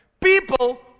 People